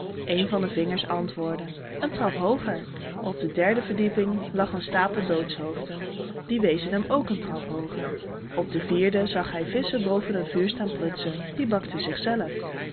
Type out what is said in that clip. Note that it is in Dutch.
een van de vingers antwoordde een trap hooger op de derde verdieping lag een stapel doodshoofden die wezen hem ook een trap hooger op de vierde zag hij visschen boven een vuur staan prutsen die bakten